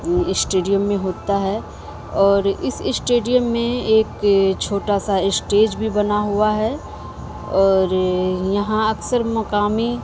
stadium میں ہوتا ہے اور اس اسٹیڈیم میں ایک چھوٹا سا اسٹیج بھی بنا ہوا ہے اور یہاں اکثر مقامی